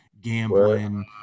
gambling